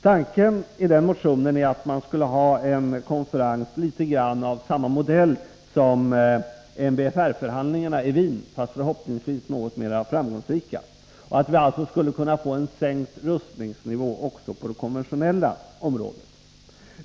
Tanken i min motion är att det skulle ordnas en konferens av ungefär samma modell som MBFR-förhandlingarna i Wien, fast förhoppningsvis något mera framgångsrik, och att man skulle kunna sänka rustningsnivån också när det gäller de konventionella vapnen.